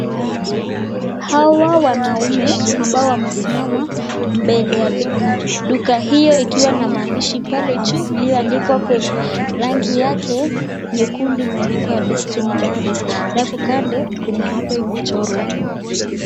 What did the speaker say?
Hawa wanaume ambao wamesimama mbele ya duka. Duka hiyo ikiwa na maandishi pale juu iliyoandikwa kwenye rangi yake nyekundu imeandikwa destiny diaries alafu kando kuna ngombe imechorwa.